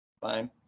fine